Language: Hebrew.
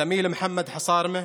כמיל מוחמד חסארמה,